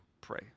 pray